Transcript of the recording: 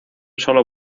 solo